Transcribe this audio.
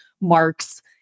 marks